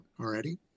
already